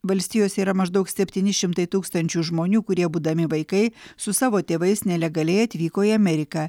valstijose yra maždaug septyni šimtai tūkstančių žmonių kurie būdami vaikai su savo tėvais nelegaliai atvyko į ameriką